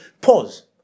pause